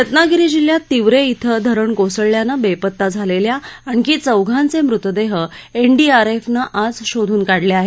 रत्नागिरी जिल्ह्यात तिवरे इथं धरण कोसळल्यानं बेपता झालेल्या आणखी चौघांचे मृतदेह एनडीआरएफनं आज शोधून काढले आहेत